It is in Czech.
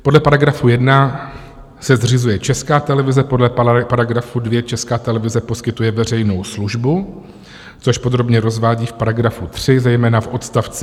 Podle § 1 se zřizuje Česká televize, podle § 2 Česká televize poskytuje veřejnou službu, což podrobně rozvádí v § 3 zejména v odst.